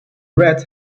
reds